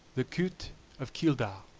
the cout of keeldar,